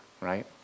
right